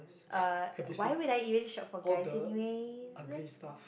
uh why would I even shop for guys anyways